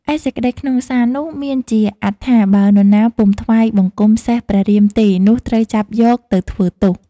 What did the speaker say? ឯសេចក្តីក្នុងសារនោះមានជាអាទិថា« បើនរណាពុំថ្វាយបង្គំសេះព្រះរាមទេនោះត្រូវចាប់យកទៅធ្វើទោស»។